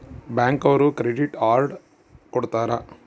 bank ಅವ್ರು credit card ಕೊಡ್ತಾರ